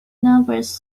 numbers